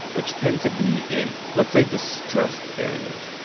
which tend to be in let's say distressed areas.